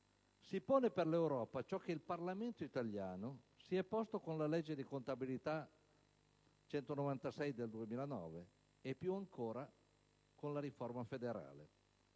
Si pone per l'Europa ciò che il Parlamento italiano si è posto con la legge di contabilità n. 196 del 2009 e più ancora con la riforma federale.